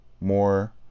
More